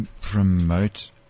Promote